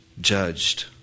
judged